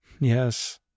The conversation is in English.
yes